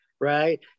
right